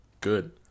Good